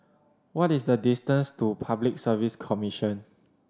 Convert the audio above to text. what is the distance to Public Service Commission